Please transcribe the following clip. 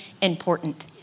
important